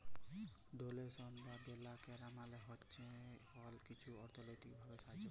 ডোলেশল বা দেলা ক্যরা মালে হছে কল কিছুর অথ্থলৈতিক ভাবে সাহায্য ক্যরা